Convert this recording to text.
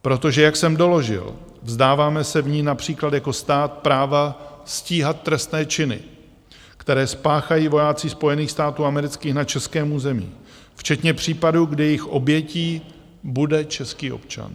Protože jak jsem doložil, vzdáváme se v ní například jako stát práva stíhat trestné činy, které spáchají vojáci Spojených států amerických na českém území, včetně případů, kdy jejich obětí bude český občan.